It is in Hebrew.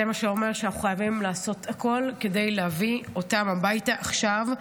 זה אומר שאנחנו חייבים לעשות הכול כדי להביא אותם הביתה עכשיו,